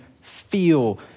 feel